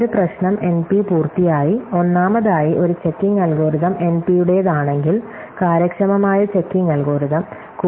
ഒരു പ്രശ്നം എൻപി പൂർത്തിയായി ഒന്നാമതായി ഒരു ചെക്കിംഗ് അൽഗോരിതം എൻപിയുടേതാണെങ്കിൽ കാര്യക്ഷമമായ ചെക്കിംഗ് അൽഗോരിതം